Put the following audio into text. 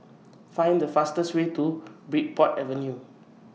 Find The fastest Way to Bridport Avenue